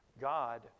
God